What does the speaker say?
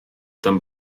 tam